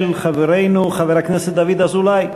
של חברנו חבר הכנסת דוד אזולאי.